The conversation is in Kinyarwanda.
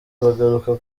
bagaruka